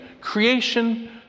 creation